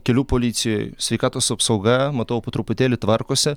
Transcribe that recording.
kelių policijoj sveikatos apsauga matau po truputėlį tvarkosi